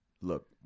Look